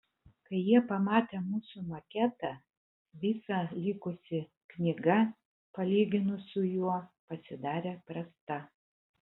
kai jie pamatė mūsų maketą visa likusi knyga palyginus su juo pasidarė prasta